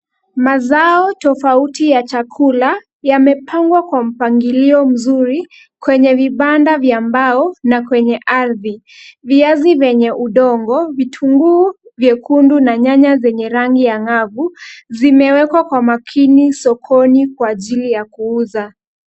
Mazao tofauti ya chakula, yamepangwa kwa mpangilio mzuri kwenye vibanda vya mbao na kwenye ardhi. Viazi vyenye udongo, vitunguu vyekundu na nyanya zenye rangi ang'avu, zimewekwa kwa makini sokoni kwa ajili ya kuuza.